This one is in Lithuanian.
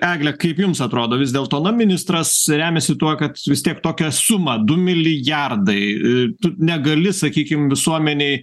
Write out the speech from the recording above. egle kaip jums atrodo vis dėlto ministras remiasi tuo kad vis tiek tokią sumą du milijardai negali sakykim visuomenei